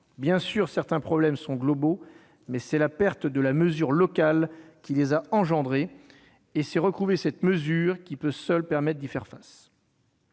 Bien sûr, certains problèmes sont globaux. Mais c'est la perte de la mesure locale qui les a engendrés, et c'est recouvrer cette mesure qui peut seule permettre d'y faire face